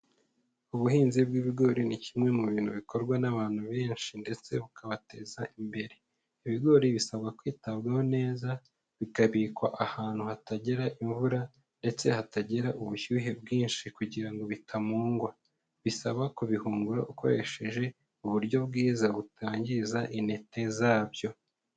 Ubuhinzi bw’ibigori ni kimwe mu bintu bikorwa n’abantu benshi, ndetse bukabateza imbere. Ibigori bisabwa kwitabwaho neza, bikabikwa ahantu hatagera imvura ndetse hatagira ubushyuhe bwinshi kugira bitamungwa, bisaba kubihungura ukoresheje uburyo bwiza butangiza intete zabyo.